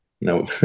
No